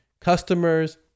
customers